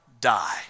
die